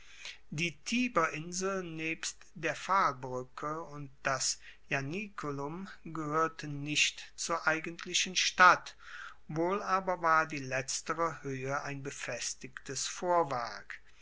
die tiberinsel nebst der pfahlbruecke und das ianiculum gehoerten nicht zur eigentlichen stadt wohl aber war die letztere hoehe ein befestigtes vorwerk